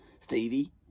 Stevie